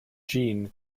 jeanne